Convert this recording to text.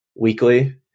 weekly